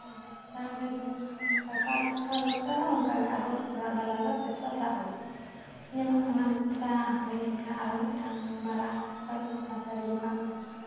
ᱵᱮᱵᱥᱟᱨᱮ ᱢᱟᱱᱮ ᱴᱟᱠᱟ ᱪᱮᱫᱠᱟ ᱨᱳᱡᱽᱜᱟᱨᱚᱜᱼᱟ ᱚᱱᱠᱟᱜᱮ ᱢᱟᱱᱮ ᱟᱨᱚ ᱟᱞᱟᱫᱟ ᱟᱞᱟᱫᱟ ᱵᱮᱵᱥᱟ ᱥᱟᱵ ᱦᱩᱭᱩᱜᱼᱟ ᱡᱮᱢᱚᱱ ᱚᱱᱟ ᱵᱮᱵᱥᱟ ᱦᱩᱭᱮᱱ ᱠᱷᱟᱱ ᱟᱨᱚ ᱢᱤᱫᱴᱟᱱ ᱢᱟᱨᱟᱝ ᱠᱚᱡ ᱥᱟᱹᱲᱤ ᱫᱚᱠᱟᱱ